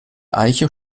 eiche